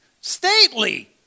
stately